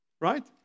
Right